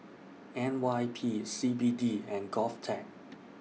N Y P C B D and Govtech